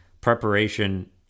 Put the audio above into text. preparation